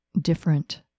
different